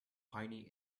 piny